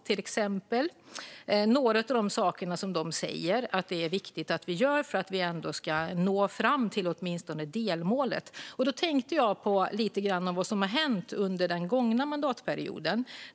Det är något av det man säger är viktigt att göra för att nå åtminstone delmålet. Vad hände då under den gångna mandatperioden?